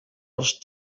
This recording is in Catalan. els